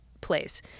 place